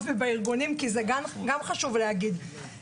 ובארגונים כי גם חשוב להגיד את זה.